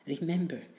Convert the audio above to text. remember